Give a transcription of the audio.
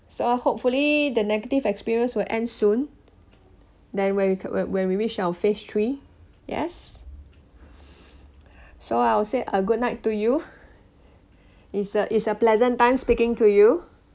so hopefully the negative experience will end soon then where we c~ when we reach our phase three yes so I would say a goodnight to you is a is a pleasant time speaking to you